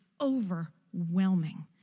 overwhelming